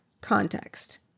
context